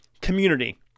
community